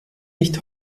nicht